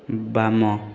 ବାମ